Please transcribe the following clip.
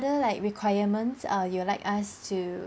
~ther like requirements err you would like us to